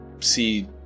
see